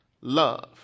love